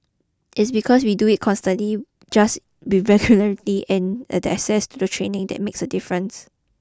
its because we do it constantly just with regularity and the access to the training that makes a difference